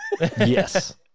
Yes